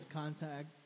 contact